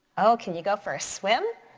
oh, can you go for a swim?